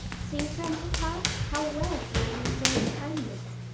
see, grandpapa, how well he understands kindness.